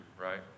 right